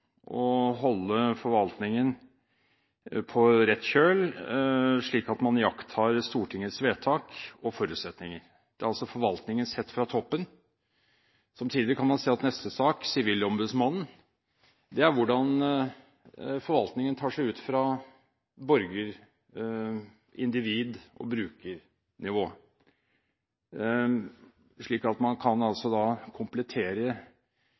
å holde forvaltningen på rett kjøl, slik at man iakttar Stortingets vedtak og forutsetninger. Det er altså forvaltningen sett fra toppen. Samtidig kan man si at neste sak, som gjelder Sivilombudsmannen, går på hvordan forvaltningen tar seg ut fra borger-, individ- og brukernivå. Man kan altså komplettere